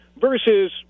Versus